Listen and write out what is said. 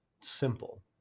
simple